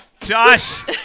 Josh